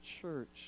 church